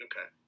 Okay